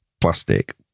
plastic